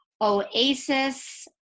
Oasis